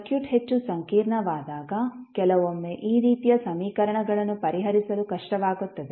circuit ಹೆಚ್ಚು ಸಂಕೀರ್ಣವಾದಾಗ ಕೆಲವೊಮ್ಮೆ ಈ ರೀತಿಯ ಸಮೀಕರಣಗಳನ್ನು ಪರಿಹರಿಸಲು ಕಷ್ಟವಾಗುತ್ತದೆ